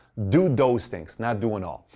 do those things. not do it all.